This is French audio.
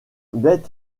beth